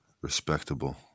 respectable